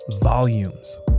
volumes